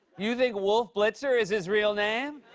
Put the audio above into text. you think wolf blitzer is his real name?